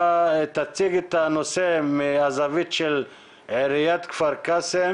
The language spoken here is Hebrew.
אתה תציג את הנושא מהזווית של עיריית כפר קאסם